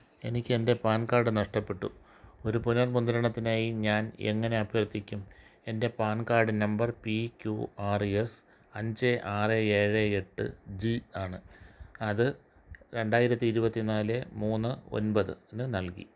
എനിക്കെൻ്റെ PAN card നഷ്ടപ്പെട്ടു ഒരു പുനർ മുദ്രണത്തിനായി ഞാൻ എങ്ങനെ അഭ്യർത്ഥിക്കും എന്റെ PAN card number P Q R S അഞ്ച് ആറ് ഏഴ് എട്ട് ജി ആണ് അത് രണ്ടായിരത്തി ഇരുപത്തിനാല് മൂന്ന് ഒന്പതിനു നൽകി